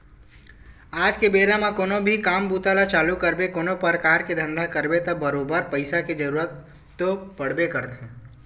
आज के बेरा म कोनो भी काम बूता ल चालू करबे कोनो परकार के धंधा करबे त बरोबर पइसा के जरुरत तो पड़बे करथे